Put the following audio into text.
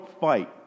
fight